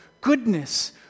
goodness